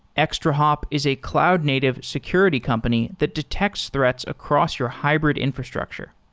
extrahop is a cloud-native security company that detects threats across your hybrid infrastructure.